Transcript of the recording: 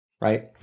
right